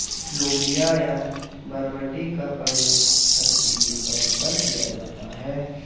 लोबिया या बरबटी का प्रयोग सब्जी के तौर पर किया जाता है